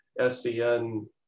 SCN